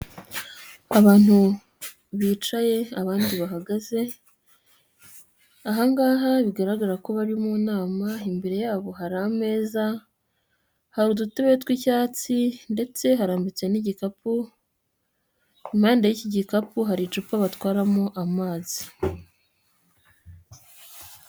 Abantu bicaye abandi bahagaze aha ngaha bigaragara ko bari mu nama, imbere yabo hari ameza, hari udutebe tw'icyatsi ndetse harambitse n'igikapu, impande y'iki gikapu hari icupa batwaramo amazi.